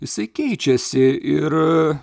jisai keičiasi ir